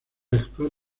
actual